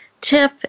tip